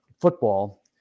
football